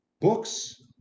books